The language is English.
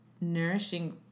nourishing